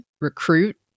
recruit